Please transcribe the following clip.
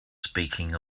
speaking